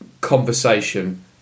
conversation